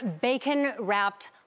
bacon-wrapped